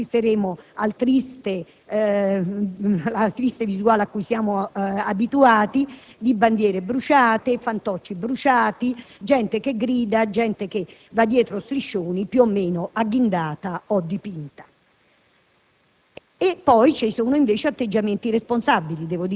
arabi in generale e comunque contro Israele. Assisteremo al triste rituale, a cui siamo abituati, di bandiere e fantocci bruciati, gente che grida e va dietro striscioni più o meno agghindata o dipinta.